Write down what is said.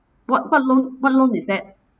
what what loan what loan is that